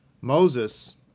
Moses